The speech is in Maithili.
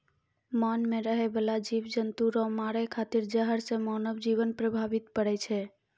मान मे रहै बाला जिव जन्तु रो मारै खातिर जहर से मानव जिवन प्रभावित पड़ै छै